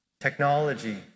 technology